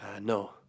no